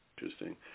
Interesting